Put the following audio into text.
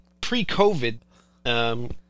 pre-COVID